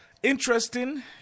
Interesting